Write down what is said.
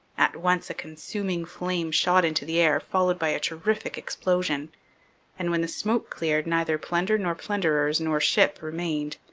at once a consuming flame shot into the air, followed by a terrific explosion and when the smoke cleared neither plunder nor plunderers nor ship remained.